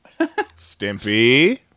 Stimpy